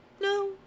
No